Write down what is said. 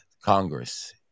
Congress